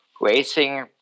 racing